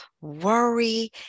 worry